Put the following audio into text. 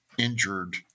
Injured